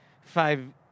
five